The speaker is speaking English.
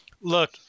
look